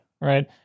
Right